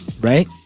Right